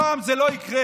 הפעם זה לא יקרה.